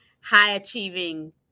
high-achieving